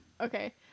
Okay